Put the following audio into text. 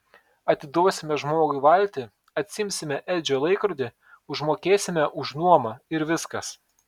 atiduosime žmogui valtį atsiimsime edžio laikrodį užmokėsime už nuomą ir viskas